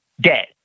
dead